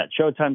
Showtime